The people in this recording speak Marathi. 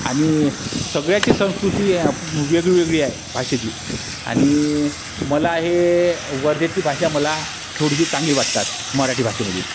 आणि सगळ्याची संस्कृती वेगळी वेगळी आहे भाषेची आणि मला हे वर्धेतली भाषा मला थोडीशी चांगली वाटतात मराठी भाषेमध्ये